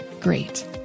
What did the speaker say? great